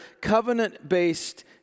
covenant-based